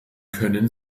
können